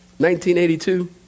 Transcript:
1982